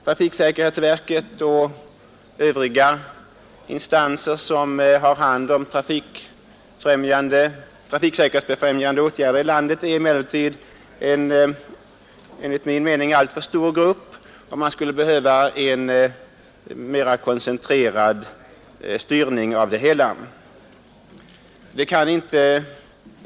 Trafiksäkerhetsverket och övriga instanser som har hand om trafiksäkerhetsbefrämjande åtgärder i landet är enligt min mening en alltför heterogen grupp, varför man skulle behöva en mera koncentrerad styrning av det hela.